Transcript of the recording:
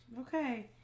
Okay